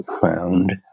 found